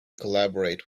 collaborate